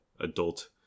adult